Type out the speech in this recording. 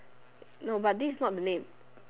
no but this is not the name